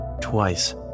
twice